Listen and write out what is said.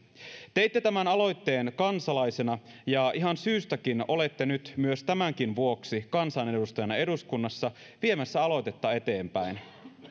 teitte tämän aloitteen kansalaisena ja ihan syystäkin olette nyt tämänkin vuoksi kansanedustajana eduskunnassa viemässä aloitetta eteenpäin